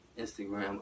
Instagram